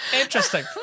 Interesting